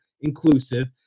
inclusive